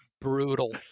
brutal